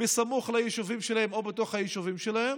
בסמוך ליישובים שלהם או בתוך היישובים שלהם,